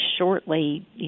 shortly